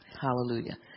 Hallelujah